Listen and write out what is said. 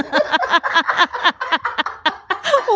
i